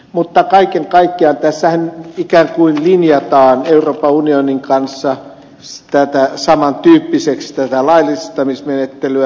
mutta kaiken kaikkiaan tässähän ikään kuin linjataan euroopan unionin kanssa saman tyyppiseksi tätä laillistamismenettelyä